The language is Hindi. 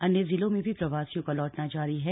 अन्य जिलों में भी प्रवासियों का लौटना जारी है